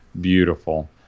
beautiful